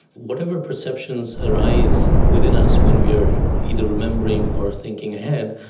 whatever perceptions arise within us when we are either remembering or thinking ahead,